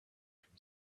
from